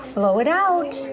so it out.